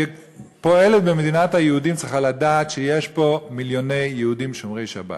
שפועלת במדינת היהודים צריכה לדעת שיש פה מיליוני יהודים שומרי שבת.